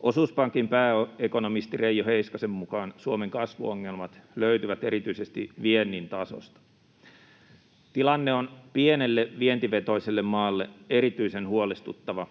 Osuuspankin pääekonomisti Reijo Heiskasen mukaan Suomen kasvuongelmat löytyvät erityisesti viennin tasosta. Tilanne on pienelle vientivetoiselle maalle erityisen huolestuttava,